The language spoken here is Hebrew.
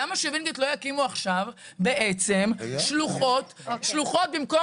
למה שווינגיט לא יקימו עכשיו בעצם שלוחות במקום